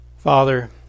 Father